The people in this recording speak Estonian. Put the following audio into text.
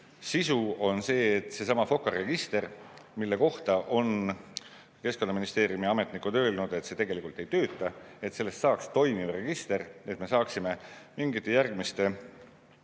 sisu on see, et sellestsamast FOKA registrist, mille kohta Keskkonnaministeeriumi ametnikud on öelnud, et see tegelikult ei tööta, saaks toimiv register, et me saaksime mingite järgmiste